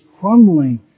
crumbling